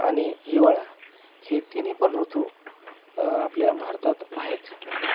आणि हिवाळा हे तिन्ही पण ऋतू आपल्या भारतात आहेत